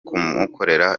kumukorera